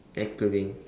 excluding